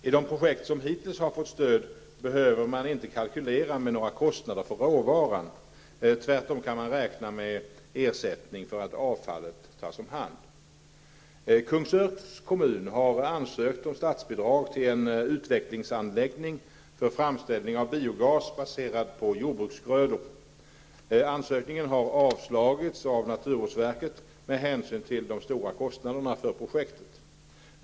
I de projekt som hittills har fått stöd behöver man inte kalkylera med några kostnader för råvaran. Tvärtom kan man räkna med ersättning för att avfallet tas om hand. Kungsörs kommun har ansökt om statsbidrag till en utvecklingsanläggning för framställning av biogas baserad på jordbruksgrödor. Ansökningen har avslagits av naturvårdsverket med hänsyn till de stora kostnaderna för projektet.